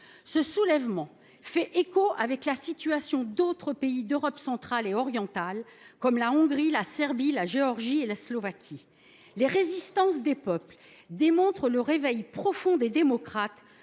Ce soulèvement fait écho à la situation d’autres pays d’Europe centrale et orientale, comme la Hongrie, la Serbie, la Géorgie et la Slovaquie. La résistance des peuples témoigne du réveil profond des démocrates,